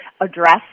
address